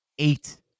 eight